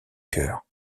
cœur